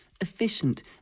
efficient